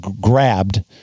grabbed